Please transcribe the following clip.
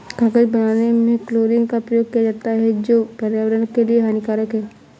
कागज बनाने में क्लोरीन का प्रयोग किया जाता है जो पर्यावरण के लिए हानिकारक है